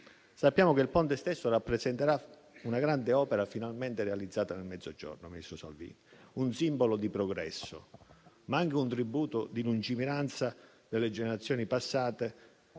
Sappiamo che il Ponte stesso rappresenterà una grande opera finalmente realizzata nel Mezzogiorno, ministro Salvini, un simbolo di progresso. E sarà anche un tributo di lungimiranza delle generazioni passate